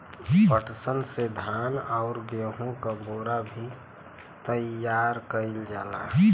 पटसन से धान आउर गेहू क बोरा भी तइयार कइल जाला